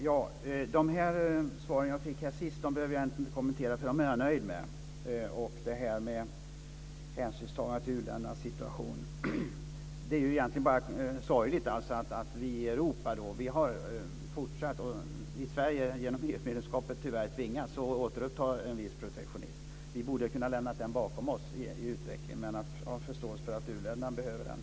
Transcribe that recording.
Fru talman! De svar jag fick sist behöver jag egentligen inte kommentera, för dem är jag nöjd med. Vad gäller hänsynstagande till u-ländernas situation vill jag säga att det är sorgligt att vi i Europa har fortsatt. Sverige har tyvärr genom EU-medlemskapet tvingats att återuppta en viss protektionism. Vi borde ha kunnat lämna den bakom oss i utvecklingen, men jag har förståelse för att u-länderna behöver den.